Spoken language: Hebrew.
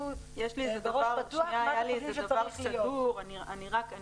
בראש פתוח מה אתם חושבים שצריך להיות.